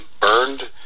burned